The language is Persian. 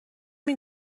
این